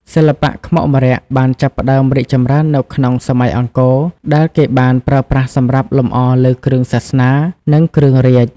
សិល្បៈខ្មុកម្រ័ក្សណ៍បានចាប់ផ្ដើមរីកចម្រើននៅក្នុង សម័យអង្គរ ដែលគេបានប្រើប្រាស់សម្រាប់លម្អលើគ្រឿងសាសនា និងគ្រឿងរាជ្យ។